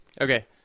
okay